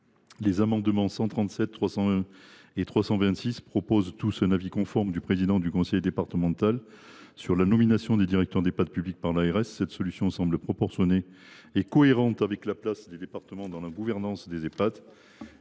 et 326 rectifié visent à prévoir un avis conforme du président du conseil départemental sur la nomination des directeurs d’Ehpad public par l’ARS. Cette solution semble proportionnée et cohérente avec la place des départements dans la gouvernance des Ehpad.